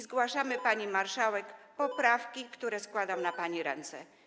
Zgłaszamy, pani marszałek, poprawki, które składam na pani ręce.